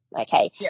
okay